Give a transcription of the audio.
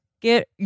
Get